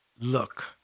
look